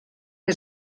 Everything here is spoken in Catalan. que